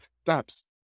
steps